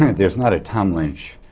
there's not a tom lynch